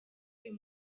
uyu